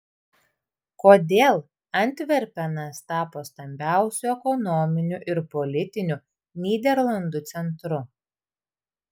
kodėl antverpenas tapo stambiausiu ekonominiu ir politiniu nyderlandų centru